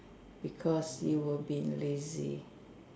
because you were being lazy